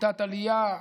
קליטת עלייה,